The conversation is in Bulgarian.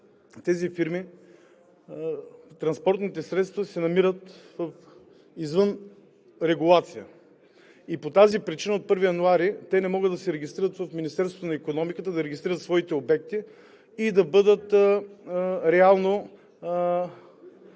тези фирми транспортните средства се намират извън регулация. И по тази причина от 1 януари те не могат да се регистрират в Министерството на икономиката, да регистрират своите обекти и да бъдат реално